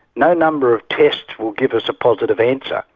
no number of tests will give us a positive answer.